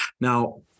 Now